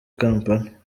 kampala